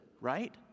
right